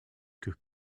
que